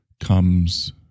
comes